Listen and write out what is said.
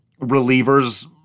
relievers